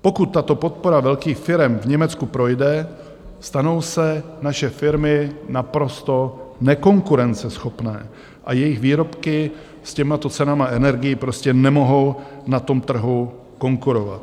Pokud tato podpora velkých firem v Německu projde, stanou se naše firmy naprosto nekonkurenceschopné a jejich výrobky s těmito cenami energií prostě nemohou na tom trhu konkurovat.